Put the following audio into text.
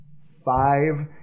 Five